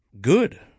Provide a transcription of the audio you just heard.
good